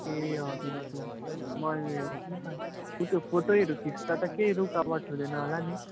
ए हजुर हजुर मैले त हेरेको थिएँ नि त ऊ त्यो फोटोहरू खिच्दा त केही रुकावट हुँदैन होला नि